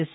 S